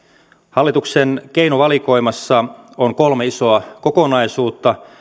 hallituksen keinovalikoimassa on kolme isoa kokonaisuutta